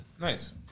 Nice